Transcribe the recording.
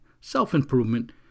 self-improvement